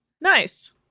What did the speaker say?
Nice